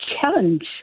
challenge